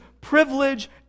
privilege